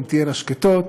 הן תהיינה שקטות,